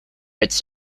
its